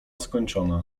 skończona